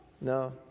no